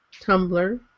tumblr